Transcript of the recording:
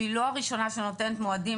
שהיא לא הראשונה שנותנת מועדים,